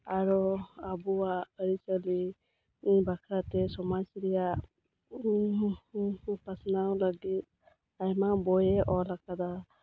ᱟᱨᱚ ᱟᱵᱚᱣᱟᱜ ᱟᱹᱨᱤᱪᱟᱹᱞᱤ ᱵᱟᱠᱷᱨᱟ ᱛᱮ ᱥᱚᱢᱟᱡᱽ ᱨᱮᱭᱟᱜ ᱯᱟᱥᱱᱟᱣ ᱞᱟᱹᱜᱤᱫ ᱟᱭᱢᱟ ᱵᱳᱭᱼᱮ ᱚᱞ ᱟᱠᱟᱫᱟ